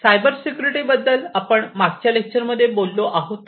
cyber security बद्दल आपण मागच्या लेक्चर मध्ये बोललो आहोतच